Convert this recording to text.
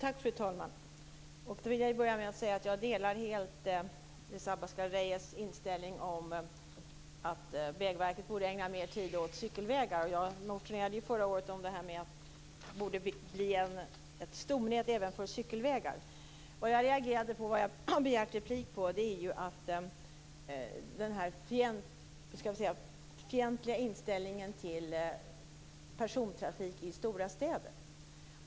Fru talman! Jag vill börja med att säga att jag helt delar Elisa Abascal Reyes inställning att Vägverket borde ägna mer tid åt cykelvägar. Jag motionerade förra året om att det borde bli ett stomnät även för cykelvägar. Anledningen till att jag begärde replik var att jag reagerade mot Elisa Abascal Reyes fientliga inställning till persontrafik i stora städer.